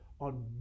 on